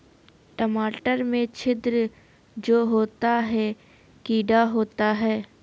टमाटर में छिद्र जो होता है किडा होता है?